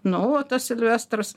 nu o tas silvestras